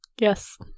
Yes